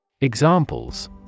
Examples